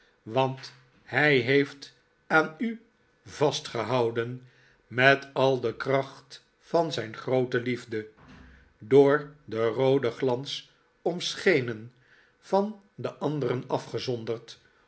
want hij heeft aan u vastgehouden met al de kracht van zijn groote lief del door den rooden glans omschenen van de anderen afgezonderd